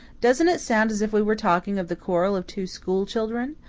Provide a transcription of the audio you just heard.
doesn't it sound as if we were talking of the quarrel of two school-children?